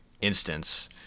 instance